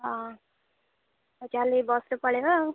ହଁ ହଉ ଚାଲେ ବସ୍ରୁ ପଳେଇବା ଆଉ